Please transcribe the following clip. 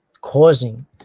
causing